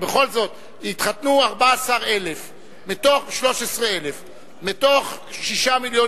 בכל זאת התחתנו 13,000. מ-6 מיליון